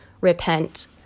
repent